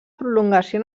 prolongació